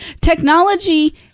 technology